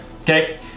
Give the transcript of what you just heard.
Okay